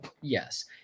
Yes